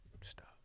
stop